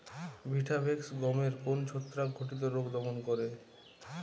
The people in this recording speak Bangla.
ভিটাভেক্স গমের কোন ছত্রাক ঘটিত রোগ দমন করে?